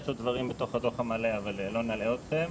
יש עוד דברים בתוך הדו"ח המלא, אבל לא נלאה אתכם.